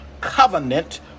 covenant